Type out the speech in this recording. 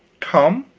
come